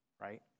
right